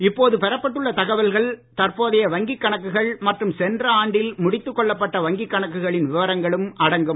இப்போது பெறப்பட்டுள்ள தகவல்கள் தற்போதைய வங்கிக் கணக்குகள் மற்றும் சென்ற ஆண்டில் முடித்துக் கொள்ளப்பட்ட வங்கிக் கணக்குகளின் விவரங்களும் அடங்கும்